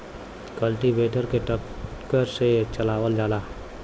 cultivator के tractor से चलावल जाला